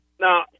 Now